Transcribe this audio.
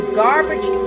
garbage